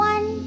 One